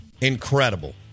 Incredible